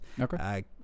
Okay